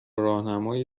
راهنمای